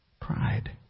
Pride